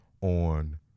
on